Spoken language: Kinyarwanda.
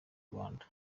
rwanda